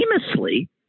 famously